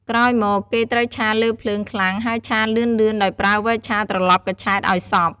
ក្រោយមកគេ ត្រូវឆាលើភ្លើង ខ្លាំង ហើយឆាលឿនៗដោយប្រើវែកឆាត្រលប់កញ្ឆែតឲ្យសព្វ។